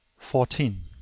fourteen.